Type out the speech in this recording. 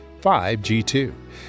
5G2